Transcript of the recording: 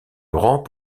laurent